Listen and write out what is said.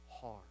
hard